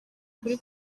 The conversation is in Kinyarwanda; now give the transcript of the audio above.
ukuri